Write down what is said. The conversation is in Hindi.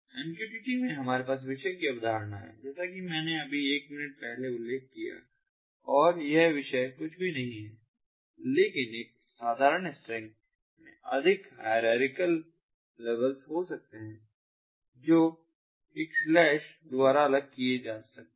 MQTT में हमारे पास विषय की अवधारणा है जैसा कि मैंने अभी एक मिनट पहले उल्लेख किया है और यह विषय कुछ भी नहीं है लेकिन एक साधारण स्ट्रिंग में अधिक हैयरार्किकल लेवल्स हो सकते हैं जो एक स्लैशslash " द्वारा अलग किए जाते हैं